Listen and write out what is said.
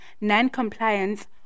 non-compliance